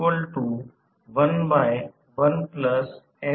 तर या सर्व सोप्या गोष्टी फक्त एक दुसरे ठेवतात आणि अभिव्यक्ती मिळतील